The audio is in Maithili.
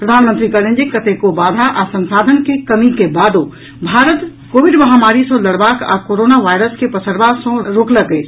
प्रधानमंत्री कहलनि जे कतेको बाधा आ संसाधन के कमी के बादो भारत कोविड महामारी सँ लड़बाक आ कोरोना वायरस के पसरबा सँ रोकलक अछि